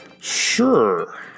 Sure